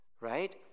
right